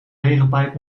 regenpijp